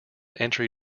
entry